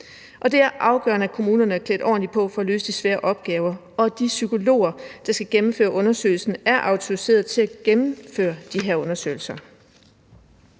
og det er afgørende, at kommunerne er klædt ordentligt på til at løse de svære opgaver, og at de psykologer, der skal gennemføre undersøgelserne, er autoriseret til at gennemføre dem. Med satspuljen